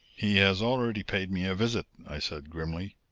he has already paid me a visit, i said grimly.